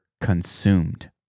consumed